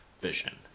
vision